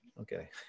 Okay